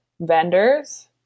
vendors